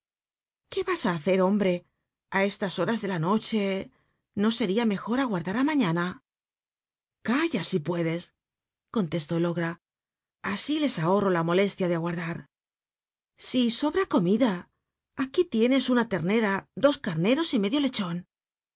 qué ms á hacer homhre a cslas horas de l t noche xo sería mejor aguardar ú nwiíana calla si puedes conlcsió el ogra así les ahorro la molestia de aguardar si sobra la comida aquí tienes una ternera dos ameros y medio lecbon